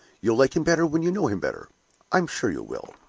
you'll like him better when you know him better i'm sure you will!